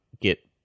get